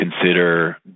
consider